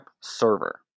Server